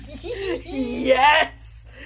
Yes